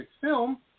film